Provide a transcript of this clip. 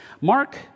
Mark